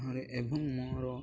ଆ ଏବଂ ମୋର